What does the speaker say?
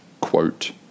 quote